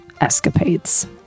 escapades